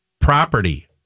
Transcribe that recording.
Property